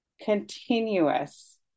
continuous